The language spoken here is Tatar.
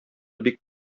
бик